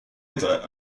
either